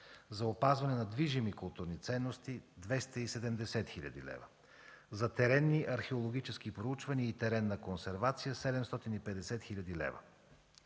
за опазване на движими културни ценности – 270 хил. лв., за теренни археологически проучвания и теренна консервация – 750 хил. лв.